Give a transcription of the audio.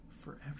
Forever